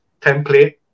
template